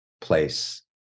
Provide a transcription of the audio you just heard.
place